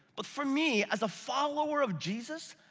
but for me, as a follower of jesus,